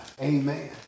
Amen